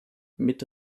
mit